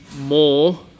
more